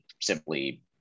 simply